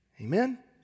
Amen